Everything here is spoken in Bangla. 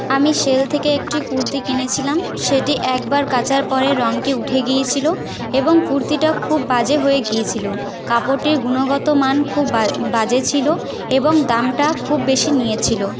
আমি সেল থেকে একটি কুর্তি কিনেছিলাম সেটি একবার কাচার পরে রংটি উঠে গিয়েছিল এবং কুর্তিটা খুব বাজে হয়ে গিয়েছিল কাপড়টির গুণগত মান খুব বাজে ছিল এবং দামটা খুব বেশি নিয়েছিল